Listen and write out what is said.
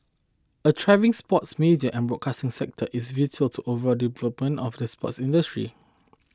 a thriving sports media and broadcasting sector is vital to over development of the sports industry